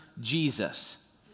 Jesus